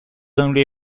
only